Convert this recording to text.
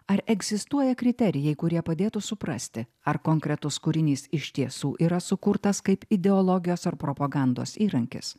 ar egzistuoja kriterijai kurie padėtų suprasti ar konkretus kūrinys iš tiesų yra sukurtas kaip ideologijos ar propagandos įrankis